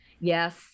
Yes